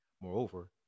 Moreover